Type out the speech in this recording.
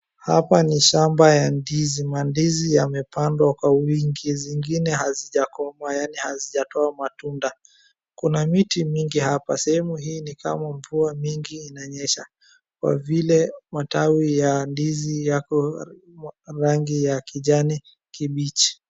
Hapa ni shamba ya ndizi. Mandizi yamepandwa kwa wingi . Zingine hazijakomaa; yaani hazijatoa matunda. Kuna miti mingi hapa. Sehemu hii ni kama mvua mingi inanyesha kwa vile matawi ya ndizi yako rangi ya kijani kimbichi.